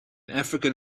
african